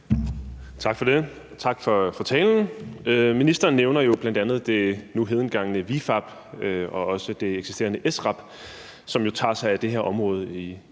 Tak for det, og tak for talen. Ministeren nævner bl.a. det nu hedengangne ViFAB og også det eksisterende SRAB, som jo tager sig af det her område i